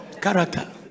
Character